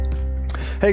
Hey